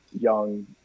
young